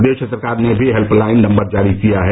प्रदेश सरकार ने भी हेल्पलाइन नम्बर जारी किया है